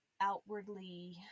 outwardly